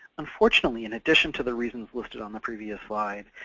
unfortunately, in addition to the reasons listed on the previous slide,